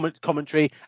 commentary